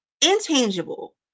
intangible